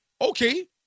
Okay